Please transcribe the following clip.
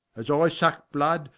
as i sucke blood,